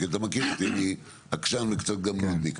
אתה מכיר אותי, אני עקשן וקצת גם נודניק.